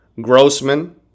Grossman